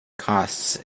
costs